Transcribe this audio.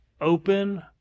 open